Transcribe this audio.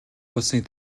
болсныг